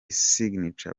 signature